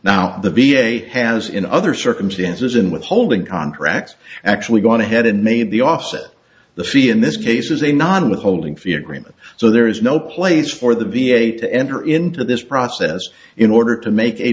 now the v a has in other circumstances in withholding contracts actually gone ahead and made the offer the fee in this case is a non withholding fee agreement so there is no place for the v a to enter into this process in order to make a